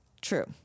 true